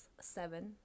seven